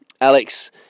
Alex